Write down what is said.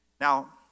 Now